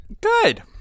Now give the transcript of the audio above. Good